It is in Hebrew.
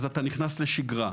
אז אתה נכנס לשגרה.